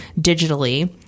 digitally